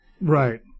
Right